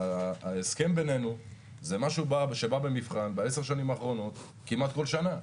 ההסכם בינינו זה משהו שבא במבחן בעשר השנים האחרונות כמעט כל שנה.